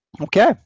Okay